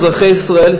אזרחי ישראל,